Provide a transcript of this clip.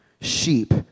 sheep